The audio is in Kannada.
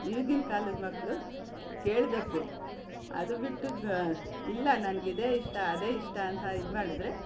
ಈಗಿನ ಕಾಲದ ಮಕ್ಕಳು ಕೇಳಬೇಕು ಅದು ಬಿಟ್ಟು ಇಲ್ಲ ನನಗೆ ಇದೇ ಇಷ್ಟ ಅದೇ ಇಷ್ಟ ಅಂತ ಇದು ಮಾಡಿದರೆ